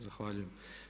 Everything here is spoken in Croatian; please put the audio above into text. Zahvaljujem.